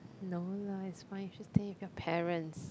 no lah it's fine you should stay with your parents